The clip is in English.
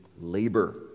labor